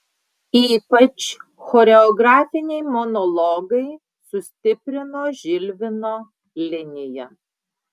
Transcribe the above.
ypač choreografiniai monologai sustiprino žilvino liniją